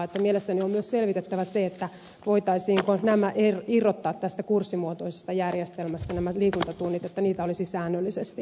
mielestäni on myös selvitettävä se voitaisiinko irrottaa tästä kurssimuotoisesta järjestelmästä nämä liikuntatunnit niin että niitä olisi säännöllisesti